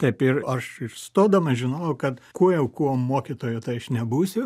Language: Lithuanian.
taip ir aš ir stodamas žinojau kad kuo jau kuo mokytoju tai aš nebūsiu